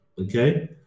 Okay